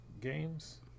games